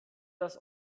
das